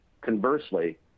Conversely